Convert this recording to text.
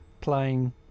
playing